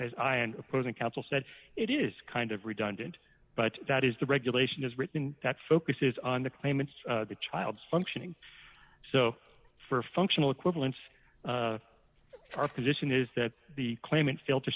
as i and opposing counsel said it is kind of redundant but that is the regulation is written that focuses on the claimants the child's functioning so for functional equivalence our position is that the claimant fail to